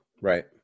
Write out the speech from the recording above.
right